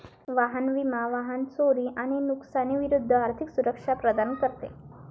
वाहन विमा वाहन चोरी आणि नुकसानी विरूद्ध आर्थिक सुरक्षा प्रदान करते